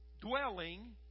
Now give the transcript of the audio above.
dwelling